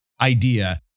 idea